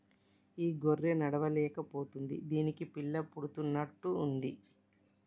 ఈ గొర్రె నడవలేక పోతుంది దీనికి పిల్ల పుడుతున్నట్టు ఉంది